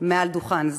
מעל דוכן זה.